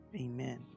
amen